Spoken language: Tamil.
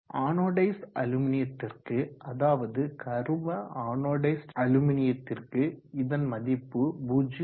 ஆனோடைஸ்டு அலுமினியத்திற்கு அதாவது கரும ஆனோடைஸ்டு அலுமினியத்திற்கு இதன் மதிப்பு 0